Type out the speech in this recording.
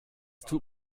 tut